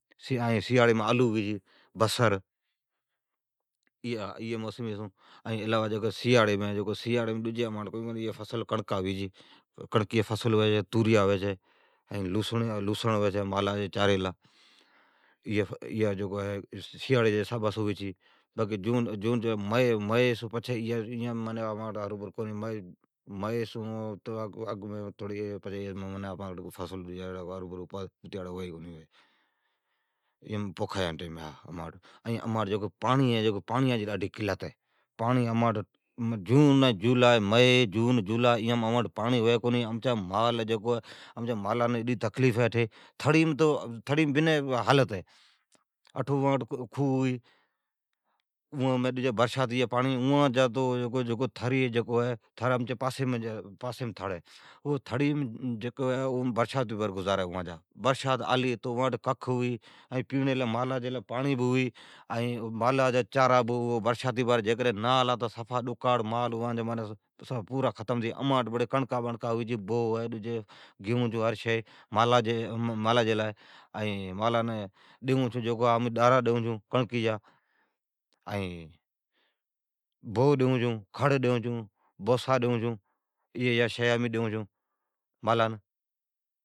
سیاڑیم آلو ھوی چھی، بصر ھوی چھی، ڈجی کئین کونی کڑکین جا فصل ھوی چھی۔ کڑک ھوی چھی، ائین توریا ھوی چھی، ائین لوسر ھوی چھی مالا جی چاری لی ایا سیاڑی جی حسابا سون ھوی چھی۔ مئی سون پچھی اماٹھ منا فصل بسل کو ھوی۔ امانٹھ منان پاڑیان جی موٹی کلت ہے، مئی، جون، جولائی امانٹھ منا پاڑیا جی موٹی کلت ھوی چھی، امچی مالان موٹی قلت ہے۔ ائین تھڑیم تو مگی، ائین اونٹھ کھو ھی، ائین برساتی جی امچی پاسیم تھڑ ہے۔ تھڑیم برساتیم گزارا ہے اون جا، برسات نا آلی تو، آلی تو اونٹھ پیڑین جی پاڑین ھوی، فصل ھوی، مالا لی چارا ھوی۔ ائین جیکڈھن نا آلی تو ڈکاڑ ھتی جائی، اون جا مال ڈجا سب ختم ھتی جائی۔ ائین امانٹھ کڑکا بڑکا ھوی چھی ھر شئی بوھ ھوی چھی۔ ائین مالان ڈارا ڈیئون چھون کڑکی جا، ائین بوھ ڈیئون چھون، کھڑ ڈیئون چھون۔ بوسا ڈیئون چھون مالان۔